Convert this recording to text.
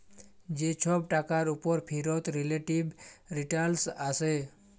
যে ছব টাকার উপর ফিরত রিলেটিভ রিটারল্স আসে